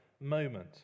moment